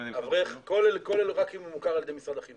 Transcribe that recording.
אברך, כולל רק אם הוא מוכר על ידי משרד החינוך.